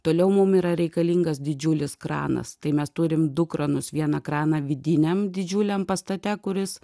toliau mum yra reikalingas didžiulis kranas tai mes turim du kranus vieną kraną vidiniam didžiuliam pastate kuris